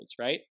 right